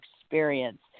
experience